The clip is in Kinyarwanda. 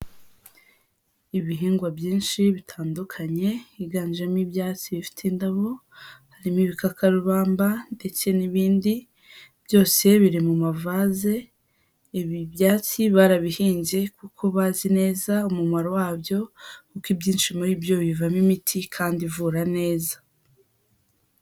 Ibihingwa byinshi bitandukanye, higanjemo ibyatsi bifite indabo, harimo ibikakarubamba ndetse n'ibindi, byose biri mu mavaze, ibi byatsi barabihinze, kuko bazi neza umumaro wabyo, kuko ibyinshi muri byo bivamo imiti, kandi ivura neza.